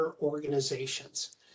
organizations